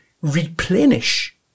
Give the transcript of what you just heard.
replenish